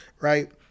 right